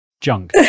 junk